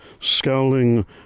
scowling